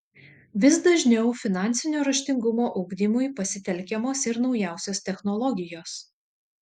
vis dažniau finansinio raštingumo ugdymui pasitelkiamos ir naujausios technologijos